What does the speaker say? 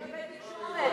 ובתקשורת.